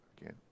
again